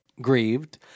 grieved